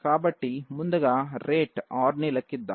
కాబట్టి ముందుగా రేట్ rని లెక్కిందాం